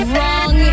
Wrong